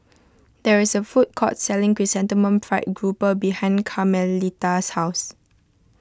there is a food court selling Chrysanthemum Fried Grouper behind Carmelita's house